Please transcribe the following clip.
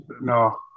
no